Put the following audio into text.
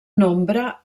nombre